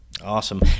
Awesome